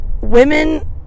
women